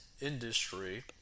industry